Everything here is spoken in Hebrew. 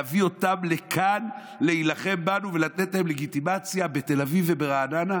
להביא אותה לכאן להילחם בנו ולתת להם לגיטימציה בתל אביב וברעננה?